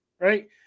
right